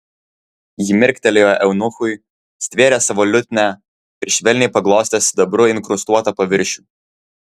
ji mirktelėjo eunuchui stvėrė savo liutnią ir švelniai paglostė sidabru inkrustuotą paviršių